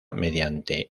mediante